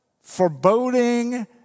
foreboding